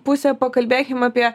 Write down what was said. pusė pakalbėkim apie